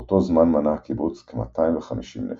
באותו זמן מנה הקיבוץ כ-250 נפש.